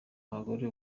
abagore